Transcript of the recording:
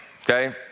okay